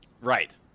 Right